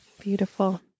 beautiful